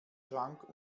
schrank